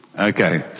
Okay